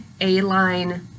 A-line